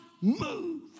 move